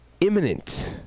imminent